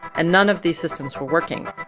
and none of these systems were working.